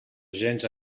agents